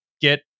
get